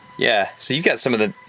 yeah, so you got some of the,